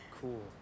cool